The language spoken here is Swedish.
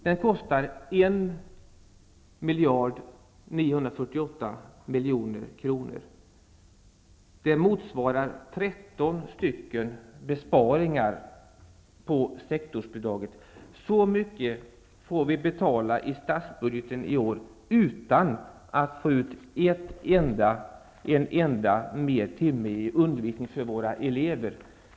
Den kostar 1 948 000 000 kr. Det motsvarar tretton stycken besparingar på sektorsbidraget. Så mycket får vi betala över statsbudgeten i år utan att få ut en enda timme mer i undervisning för våra elever.